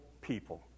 people